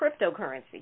cryptocurrency